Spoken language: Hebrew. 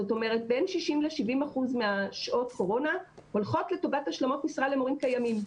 בין 60% ל-70% משעות קורונה הולכות לטובת השלמות משרה למורים קיימים.